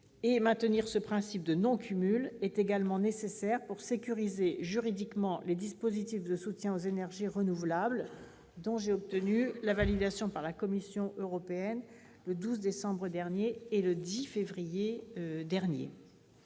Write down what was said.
Maintenir ce principe de non-cumul est également nécessaire pour sécuriser juridiquement les dispositifs de soutien aux énergies renouvelables, dont j'ai obtenu la-validation par la Commission européenne les 12 décembre et 10 février dernier.